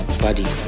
buddy